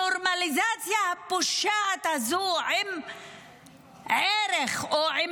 הנורמליזציה הפושעת הזו עם ערך או עם